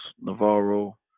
Navarro